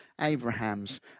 Abraham's